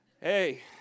Hey